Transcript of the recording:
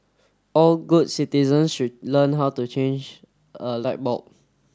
all good citizens should learn how to change a light bulb